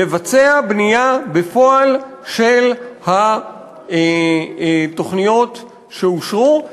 לבצע בנייה בפועל של התוכניות שאושרו.